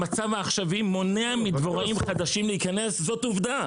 המצב העכשווי מונע מדבוראים חדשים להיכנס,